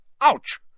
Ouch